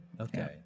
Okay